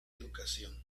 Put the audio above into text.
educación